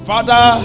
Father